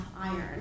iron